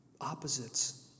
opposites